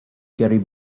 gary